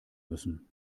müssen